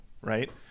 right